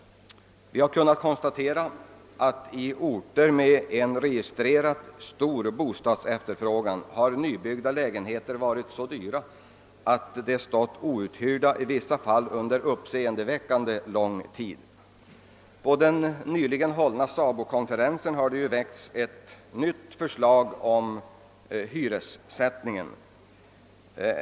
Vi har kunnat konstatera att i orter med en registrerad stor bostadsefterfrågan har nybyggda lägenheter varit så dyra, att de i vissa fall står outhyrda under anmärkningsvärt lång tid. — På den nyligen hållna SABO kongressen har det ju väckts ett nytt förslag om hyressättningen.